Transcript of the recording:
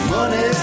Money